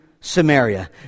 Samaria